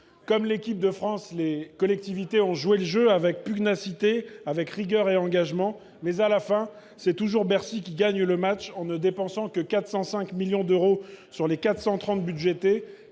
Comme l’équipe de France, les collectivités locales ont joué le jeu, avec pugnacité, rigueur et engagement. Mais à la fin, c’est toujours Bercy qui gagne le match, en ne dépensant que 405 millions d’euros sur les 430 millions